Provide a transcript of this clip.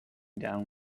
down